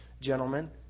gentlemen